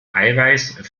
eiweiß